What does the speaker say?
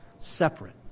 separate